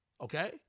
Okay